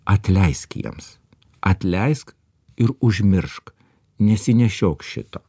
atleisk jiems atleisk ir užmiršk nesinešiok šito